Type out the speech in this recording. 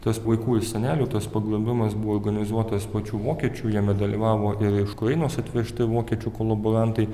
tas vaikų ir senelių tas pagrobimas buvo organizuotas pačių vokiečių jame dalyvavo ir iš ukrainos atvežti vokiečių kolaborantai